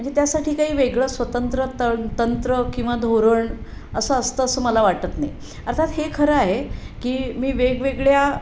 म्हणजे त्यासाठी काही वेगळं स्वतंत्र तं तंत्र किंवा धोरण असं असतं असं मला वाटत नाही अर्थात हे खरं आहे की मी वेगवेगळ्या